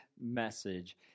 message